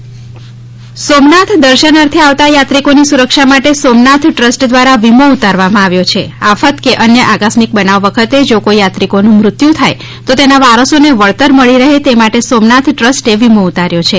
Somnath trust વીમો સોમનાથ દર્શન અર્થે આવતા યાત્રિકો ની સુરક્ષા માટે સોમનાથ ટ્રસ્ટ દ્વારા વીમો ઉતારવા મા આવ્યો છે આફત કે અન્ય આકસ્મિક બનાવ વખતે જો કોઇ યાત્રિકો નું મૃત્યુ થાય તો તેના વારસોને વળતર મળી રહે એ માટે સોમનાથ ટ્રસ્ટો વીમો ઉતાર્યો છે